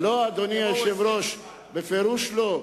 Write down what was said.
לא, אדוני היושב-ראש, בפירוש לא.